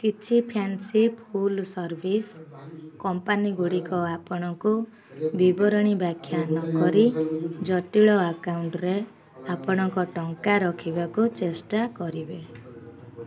କିଛି fancy fulls service company ଗୁଡ଼ିକ ଆପଣଙ୍କୁ ବିବରଣୀ ବ୍ୟାଖ୍ୟା ନକରି ଜଟିଳ ଆକାଉଣ୍ଟରେ ଆପଣଙ୍କ ଟଙ୍କା ରଖିବାକୁ ଚେଷ୍ଟା କରିବେ